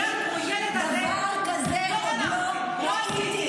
לא גנבתי --- דבר כזה עוד לא ראיתי.